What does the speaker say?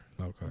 Okay